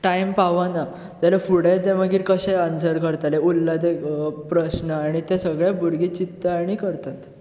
time पावाना जाल्यार फुडें ते मागीर कशें आन्सर करतले उरला ते प्रस्न आनी ते सगळे भुरगे चित्तात आनी करतात